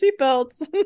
seatbelts